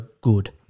good